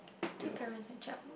two parents and a child